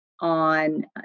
on